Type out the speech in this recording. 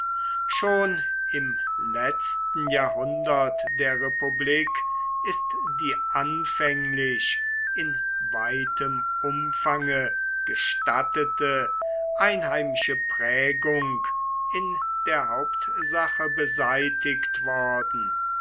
schon im letzten jahrhundert der republik ist die anfänglich in weitem umfange gestattete einheimische prägung in der hauptsache beseitigt worden